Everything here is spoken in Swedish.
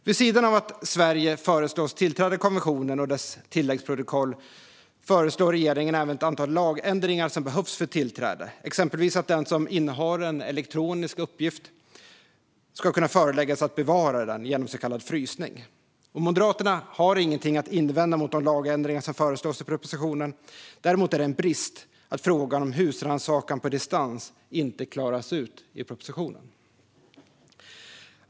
Vid sidan av att Sverige föreslås tillträda konventionen och dess tilläggsprotokoll föreslår regeringen även ett antal lagändringar som behövs för ett tillträde, exempelvis att den som innehar en elektronisk uppgift ska kunna föreläggas att bevara den genom så kallad frysning. Moderaterna har ingenting att invända mot de lagändringar som föreslås i propositionen. Däremot är det en brist att frågan om husrannsakan på distans inte klaras ut i propositionen.